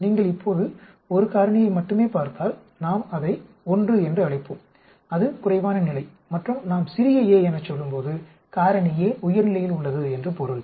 நீங்கள் இப்போது 1 காரணியை மட்டுமே பார்த்தால் நாம் அதை 1 என்று அழைப்போம் அது குறைவான நிலை மற்றும் நாம் சிறிய a எனச் சொல்லும்போது காரணி a உயர் நிலையில் உள்ளது என்று பொருள்